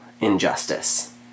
injustice